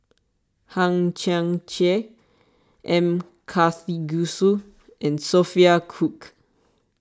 Hang Chang Chieh M Karthigesu and Sophia Cooke